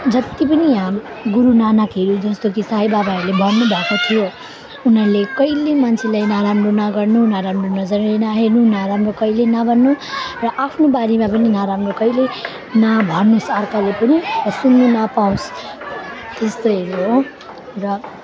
जत्ति पनि हामी गुरुनानकहरू जस्तो कि साईबाबाहरूले भन्नुभएको थियो उनीहरूले कहिल्यै मान्छेलाई नराम्रो नगर्नु नराम्रो नजरले नहेर्नु नराम्रो कहिल्यै नगर्नु र आफ्नो बारेमा पनि नराम्रो कहिल्यै नभनोस् अर्काले पनि र सुन्नु नपाओस् त्यस्तैहरू हो र